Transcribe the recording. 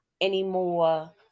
anymore